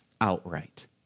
outright